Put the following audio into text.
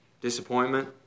disappointment